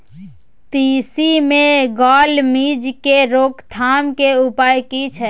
तिसी मे gall midge के रोकथाम के उपाय की छै?